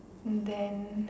then